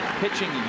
pitching